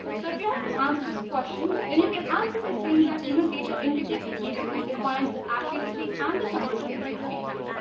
so if you have to answer this question, then you can answer by saying that, you know data integrity basically defines the accuracy and the consistency of data.